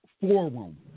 forum